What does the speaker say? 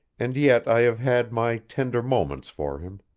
and yet i have had my tender moments for him.